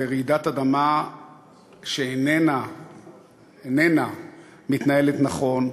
רעידת אדמה שאיננה מתנהלת נכון,